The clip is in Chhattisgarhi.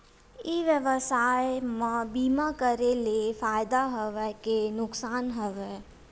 ई व्यवसाय म बीमा करे ले फ़ायदा हवय के नुकसान हवय?